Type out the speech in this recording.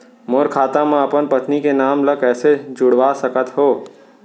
मोर खाता म अपन पत्नी के नाम ल कैसे जुड़वा सकत हो?